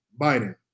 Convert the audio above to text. Biden